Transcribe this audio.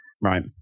Right